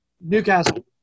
newcastle